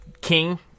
king